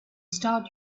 start